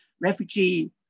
Refugee